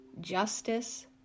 Justice